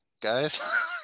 guys